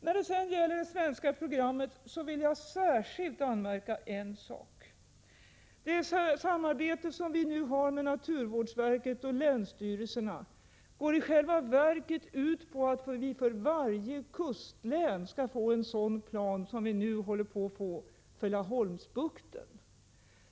När det sedan gäller det svenska programmet vill jag särskilt framhålla att det samarbete som vi nu har med naturvårdsverket och länsstyrelserna i själva verket går ut på att vi för varje kustlän skall få en sådan plan som vi nu håller på att få för Laholmsbukten.